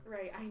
Right